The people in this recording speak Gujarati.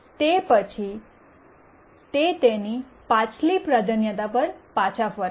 તે પછી તેની પાછલી પ્રાધાન્યતા પર પાછા ફરે છે